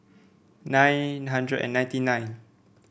nine hundred and ninety nine